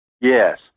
Yes